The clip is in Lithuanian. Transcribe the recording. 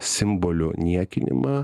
simbolių niekinimą